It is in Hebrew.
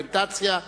ארגומנטציה.